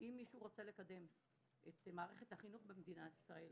אם מישהו רוצה לקדם את מערכת החינוך במדינת ישראל,